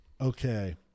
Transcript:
okay